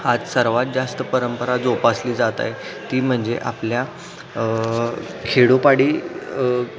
हाच सर्वात जास्त परंपरा जोपासली जात आहे ती म्हणजे आपल्या खेडोपाडी